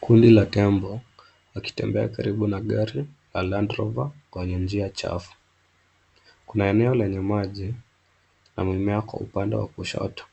Kundi la tembo wakitembea karibu na gari la land rover kwenye njia chafu. Kuna eneo lenye maji na mimea wako upande wa kushoto